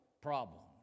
problems